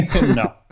No